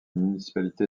municipalité